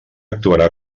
actuarà